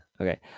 Okay